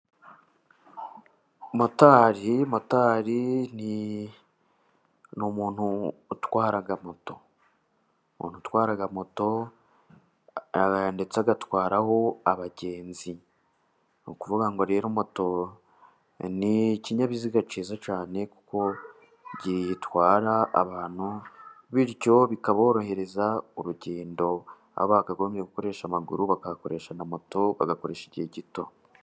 Motari ni umuntu utwara moto, utwara moto ndetse agatwaraho abagenzi. Ni ukuvuga ngo rero moto ni ikinyabiziga cyiza cyane kuko gitwara abantu bityo bikaborohereza urugendo bakagombye gukoresha amaguru bakayakoresha na moto bagakoresha igihe gito.